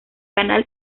canal